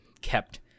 kept